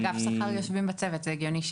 אגף שכר יושבים בצוות, זה הגיוני.